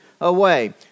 away